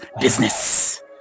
business